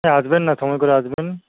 আসবেন না সময় করে আসবেন